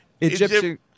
Egyptian